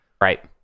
right